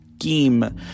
scheme